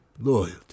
Loyalty